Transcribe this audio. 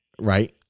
right